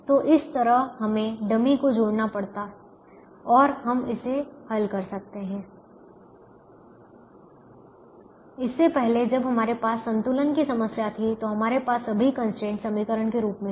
तो इस तरह हमें डमी को जोड़ना पड़ता और हम इसे हल कर सकते हैं इससे पहले जब हमारे पास संतुलन की समस्या थी तो हमारे पास सभी कंस्ट्रेंट समीकरण के रूप में थे